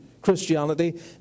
Christianity